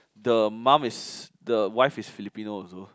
the mum is the wife is Filipino also